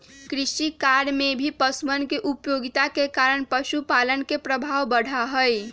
कृषिकार्य में भी पशुअन के उपयोगिता के कारण पशुपालन के प्रभाव बढ़ा हई